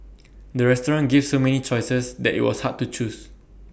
the restaurant gave so many choices that IT was hard to choose